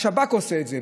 כשהשב"כ עושה את זה,